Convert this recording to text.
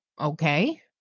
okay